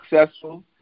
successful